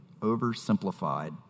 oversimplified